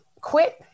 quit